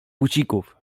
bucików